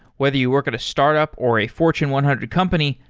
whether you work at a startup or a fortune one hundred company,